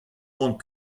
mont